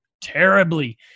terribly